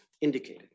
indicated